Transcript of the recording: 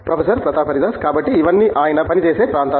professor Pratap Haridas కాబట్టి ఇవన్నీ ఆయన పనిచేసే ప్రాంతాలు